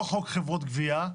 לא חוק חברות גבייה,